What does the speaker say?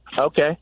Okay